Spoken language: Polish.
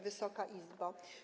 Wysoka Izbo!